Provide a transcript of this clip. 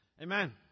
Amen